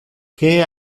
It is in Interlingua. que